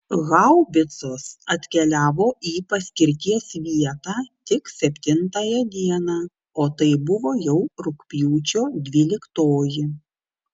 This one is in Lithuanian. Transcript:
haubicos atkeliavo į paskirties vietą tik septintąją dieną o tai buvo jau rugpjūčio dvyliktoji